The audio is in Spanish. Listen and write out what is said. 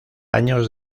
años